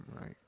right